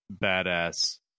badass